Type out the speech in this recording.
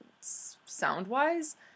sound-wise